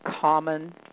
common